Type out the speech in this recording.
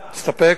להסתפק.